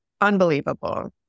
unbelievable